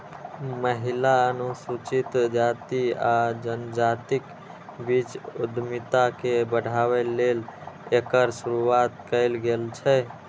महिला, अनुसूचित जाति आ जनजातिक बीच उद्यमिता के बढ़ाबै लेल एकर शुरुआत कैल गेल छै